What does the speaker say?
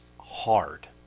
hard